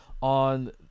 on